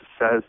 says